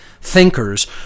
thinkers